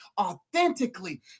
authentically